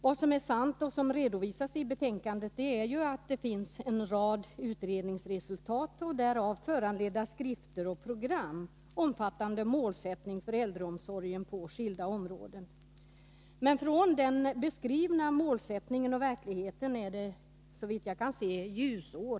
Sanningen är ju, som redovisas i betänkandet, att det finns en rad utredningsresultat och av dem föranledda skrifter och program, omfattande målsättning för äldreomsorgen på skilda områden. Men från den beskrivna målsättningen till verkligheten är det såvitt jag kan se ljusår.